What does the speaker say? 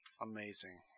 amazing